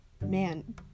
man